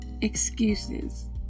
excuses